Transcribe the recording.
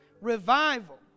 revival